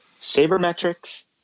Sabermetrics